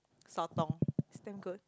sotong is damn good